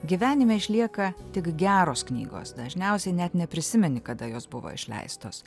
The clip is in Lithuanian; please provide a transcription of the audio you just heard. gyvenime išlieka tik geros knygos dažniausiai net neprisimeni kada jos buvo išleistos